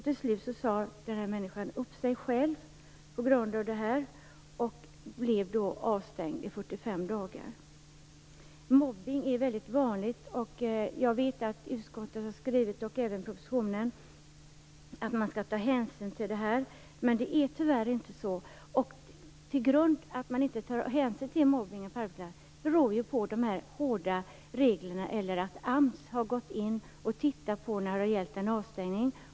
Till slut sade personen upp sig själv på grund av det här, och blev avstängd i 45 dagar. Mobbning är väldigt vanligt. Jag vet att utskottet har skrivit, och de står även i propositionen, att man skall ta hänsyn till det här, men det är tyvärr inte så. Grunden till att man inte tar hänsyn till mobbningen på arbetsplatserna är ju de här hårda reglerna. Det kan också vara så att AMS har gått in och tittat på fall som gällt avstängning.